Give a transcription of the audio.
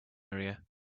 area